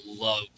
love